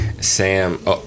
Sam